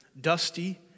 dusty